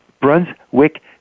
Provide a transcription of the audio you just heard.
Brunswick